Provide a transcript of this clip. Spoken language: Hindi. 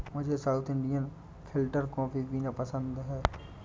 मुझे साउथ इंडियन फिल्टरकॉपी पीना बहुत पसंद है